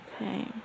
Okay